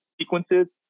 sequences